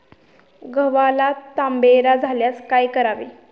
गव्हाला तांबेरा झाल्यास काय करावे?